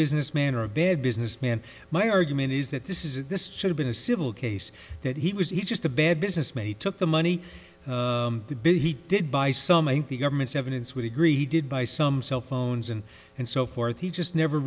businessman or a bad businessman my argument is that this is this should have been a civil case that he was he just a bad business maybe took the money to build he did buy some of the government's evidence would agree he did buy some cell phones and and so forth he just never